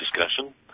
discussion